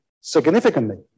significantly